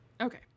Okay